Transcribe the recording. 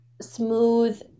smooth